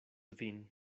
vin